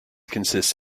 consists